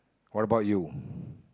what about you